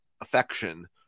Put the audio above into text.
affection